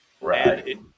Right